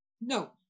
no